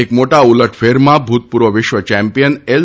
એક મોટા ઉલટફેરમાં ભૂતપૂર્વ વિશ્વ ચેમ્પિયન એલ